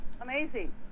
Amazing